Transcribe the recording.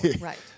Right